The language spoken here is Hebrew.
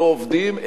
לא עובדים,